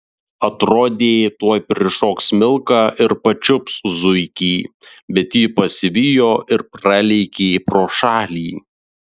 atrodė tuoj prišoks milka ir pačiups zuikį bet ji pasivijo ir pralėkė pro šalį